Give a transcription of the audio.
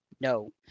no